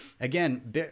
Again